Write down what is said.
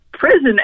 prison